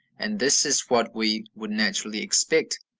and this is what we would naturally expect.